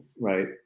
Right